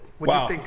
Wow